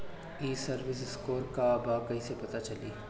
ई CIBIL score का बा कइसे पता चली?